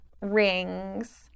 rings